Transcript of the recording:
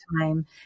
time